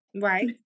right